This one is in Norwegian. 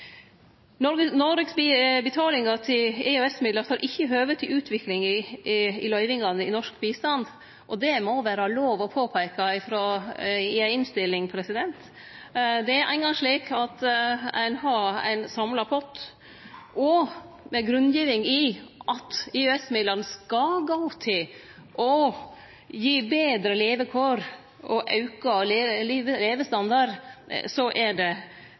Noregs betaling til EØS-midlar står ikkje i høve til utviklinga i løyvingar til norsk bistand, og det må vere lov å påpeike i ei innstilling. Det er som kjent slik at ein har ein samla pott, og med grunngiving i at EØS-midlane skal gå til å gi betre levekår og auka levestandard, er det